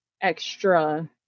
extra